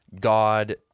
God